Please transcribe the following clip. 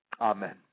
Amen